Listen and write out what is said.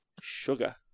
Sugar